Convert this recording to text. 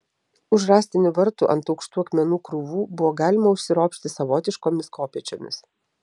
už rąstinių vartų ant aukštų akmenų krūvų buvo galima užsiropšti savotiškomis kopėčiomis